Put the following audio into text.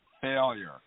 failure